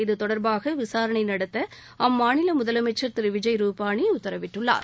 இது தொடர்பாக விசாரனை நடத்த அம்மாநில முதலமைச்சர் திரு விஜய் ருபானி உத்தரவிள்ளார்